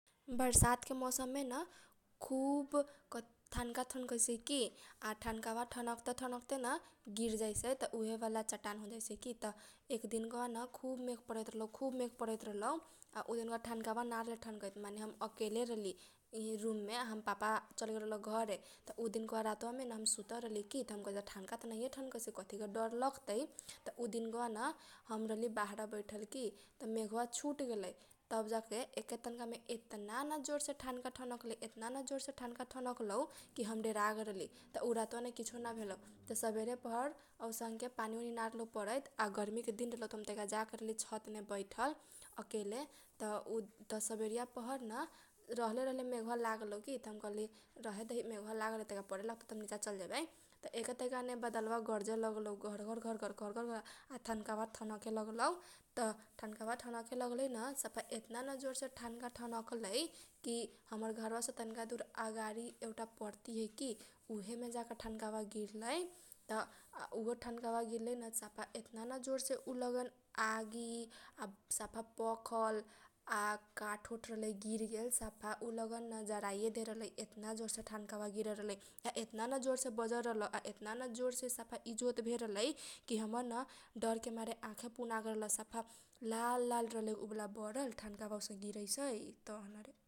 बरसात के मौसम मेन खुब ठानका थनकैसै की आ ठानकाबा ठनकते ठनकते गिर जाइसै न त उहे बाला चट्टान होजाइसै की । त एक दिनका बा न खुब मेघ परैत रहलौ खुब मेघ परैत रहलौ आ उ दिनका बा ठनकाबा ना रहलै ठनकैत माने हम एकेले रहली की रूममे हमर पापा चल गेल रहल घरे त उ दिनका बा रातबा मेन हम सुतल रहली की त हम कहली ठानकाबा त ना हीए ठनकैसै त कथी के डर लगतै। त उ दिनका बा न हम रहली बाहरा बैठल की त मेघबा छुट गेलै तब जाके एके तनका मे एतना जोरसे ठनका ठनकलै एतना न जोर से ठनका ठनकलौ की हम डेरा गेल रहली त उ रातबा मे कुछु ना भेलौ त सबरे पहर औसनके त पानी ना रहलौ परैत । आ गर्मी के दिन रहलै त हम जाके छत मे रहली बैठल एकेले त सबेरीया पहरन रहले रहले मेघबा लागेलौ की त हम कहली रहे देही मेघबा परे लागतै त हम नीचा चल जबै त एके तनका मे बदलबा गरजे लागलौ घरघरघर घरघरघर आ ठनका बा ठनके लागेलौ त ठनकाबा ठनके लागलौन। त सफा एतना न जोर से ठनका ठनकलै की हमर घरबा से तनका दुर अगाडि एउटा परती है की उहे मे जाके ठनकाबा गिरलै। त उहे ठनकाबा गिरलैन त सफा एतना न जोर से उ लगन आगी आ सफा पखल आ काठ ओठ लहलै गिर गेल सफा उ लगन रहलै न जरैए देल रहलै एतना जोरसे ठनकाबा गिरल रहलै आ एतना न जोर से बजर रहल आ एतना न जोर से सफा इजोत भेल रहलै की हमर न डरके मारे आखे पुना गेल रहल सफा लाल लाल रहलै उ बाला बरल ठनकाबा सब गिरैसै त हनरे।